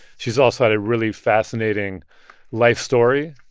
she's also had a really fascinating life story.